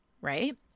right